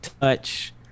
touch